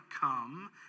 come